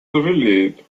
сожалеет